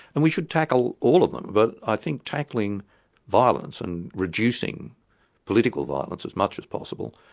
and we should tackle all of them, but i think tackling violence and reducing political violence as much as possible,